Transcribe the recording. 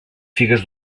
figues